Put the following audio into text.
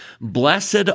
Blessed